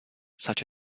such